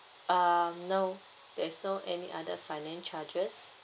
um no there's no any other finance charges